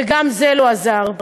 וגם זה לא עזר.